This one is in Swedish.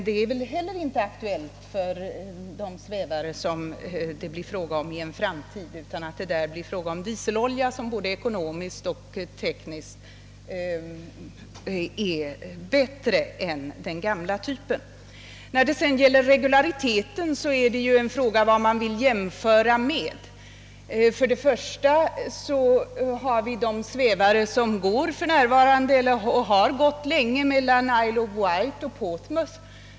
Detta är heller inte aktuellt för de svävare som skall användas i en framtid; de kommer förmodligen att drivas med dieselolja, som både ekonomiskt och tekniskt är bättre än flygfotogen. Regulariteten är en fråga om vad man vill jämföra med. Man kan jämföra t.ex. med de svävare som nu är i bruk och länge varit det på sträckan Isle of Wight — Portsmouth.